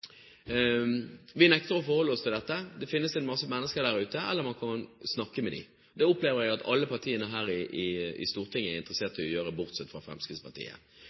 Vi nekter å forholde oss til dette, det finnes mange mennesker der ute. Eller man kan snakke med dem. Det opplever jeg at alle partiene her i Stortinget er interessert i å gjøre, bortsett fra Fremskrittspartiet.